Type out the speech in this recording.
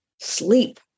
sleep